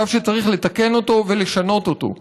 מצב שצריך לתקן אותו ולשנות אותו.